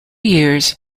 years